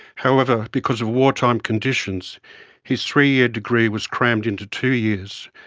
however, because of wartime conditions his three-year degree was crammed into two years,